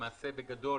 למעשה בגדול